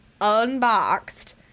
unboxed